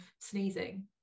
sneezing